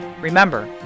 Remember